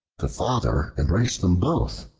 the father embraced them both,